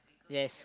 yes